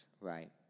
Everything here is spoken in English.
Right